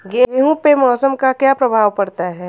गेहूँ पे मौसम का क्या प्रभाव पड़ता है?